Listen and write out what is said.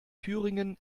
thüringen